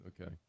Okay